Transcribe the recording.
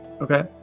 Okay